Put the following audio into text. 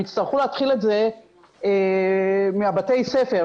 הם יצטרכו להתחיל את זה מבתי הספר,